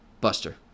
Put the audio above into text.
buster